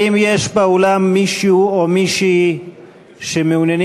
האם יש באולם מישהו או מישהי שמעוניינים